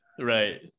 Right